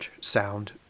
sound